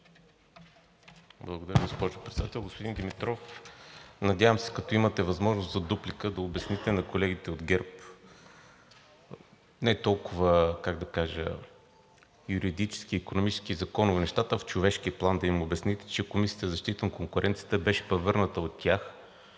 Благодаря, госпожо Председател. Господин Димитров, надявам се, като имате възможност за дуплика, да обясните на колегите от ГЕРБ не толкова юридически, икономически и законово нещата, а в човешки план да им обясните, че Комисията за защита на конкуренцията беше превърната от тях